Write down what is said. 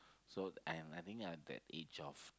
so I am I think I'm that age of